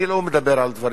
אני לא מדבר על דברים